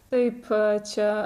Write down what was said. taip čia